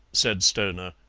said stoner.